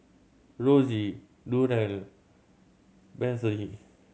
Rosie Durell Bethzy